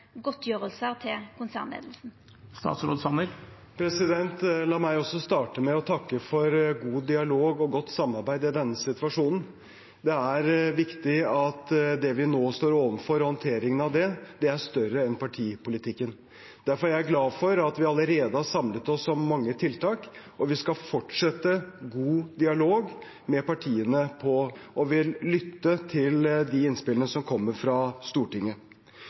La meg også starte med å takke for god dialog og godt samarbeid i denne situasjonen. Det er viktig at det vi nå står overfor og håndteringen av det, er større enn partipolitikken. Derfor er jeg glad for at vi allerede har samlet oss om mange tiltak, og vi skal fortsette med å ha god dialog med partiene på Stortinget. Jeg inviterer til samarbeid også om de kommende proposisjonene og vil lytte til innspillene som kommer fra